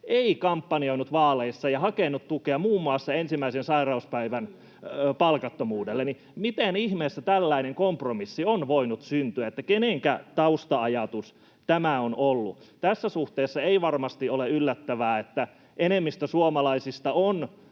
ei kampanjoinut vaaleissa ja hakenut tukea muun muassa ensimmäisen sairauspäivän palkattomuudelle. Miten ihmeessä tällainen kompromissi on voinut syntyä? Kenenkä tausta-ajatus tämä on ollut? Tässä suhteessa ei varmasti ole yllättävää, että enemmistö suomalaisista on